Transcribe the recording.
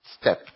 step